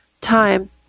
time